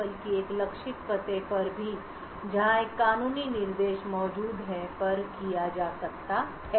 बल्कि एक लक्षित पते पर भी जहां एक कानूनी निर्देश मौजूद है पर किया जा सकता है